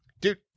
Dude